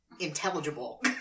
intelligible